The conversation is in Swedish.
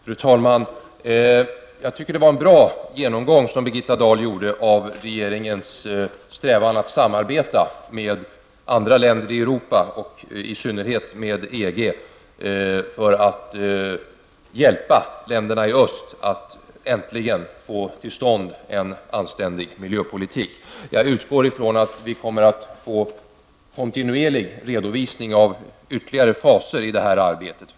Fru talman! Jag tycker att det var en bra genomgång som Birgitta Dahl gjorde av regeringens strävan att samarbeta med andra länder i Europa och i synnerhet med EG för att hjälpa länderna i öst att äntligen få till stånd en anständig miljöpolitik. Jag utgår ifrån att vi kommer att få en kontinuerlig redovisning av ytterligare faser i arbetet.